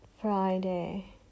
Friday